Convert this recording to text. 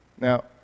Now